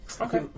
Okay